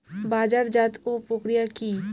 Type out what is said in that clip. বাজারজাতও প্রক্রিয়া কি?